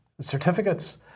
certificates